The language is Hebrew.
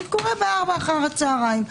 אם זה קורה בארבע אחר הצוהריים,